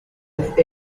with